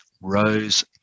rose